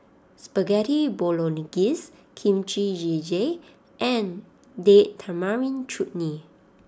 Spaghetti Bolognese Kimchi Jjigae and Date Tamarind Chutney